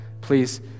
Please